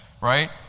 right